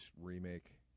remake